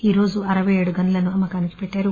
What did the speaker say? ఈరోజు అరవై ఏడు గనులను అమ్మకానికి పెట్టారు